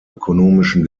ökonomischen